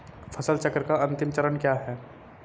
फसल चक्र का अंतिम चरण क्या है?